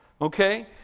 Okay